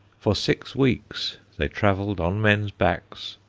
for six weeks they travelled on men's backs,